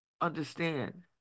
understand